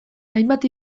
hainbat